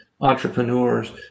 entrepreneurs